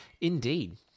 Indeed